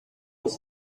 with